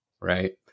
Right